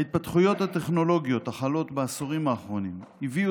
ההתפתחויות הטכנולוגיות החלות בעשורים האחרונים הביאו